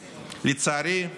לצערי,